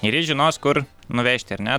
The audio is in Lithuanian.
ir jis žinos kur nuvežti ar ne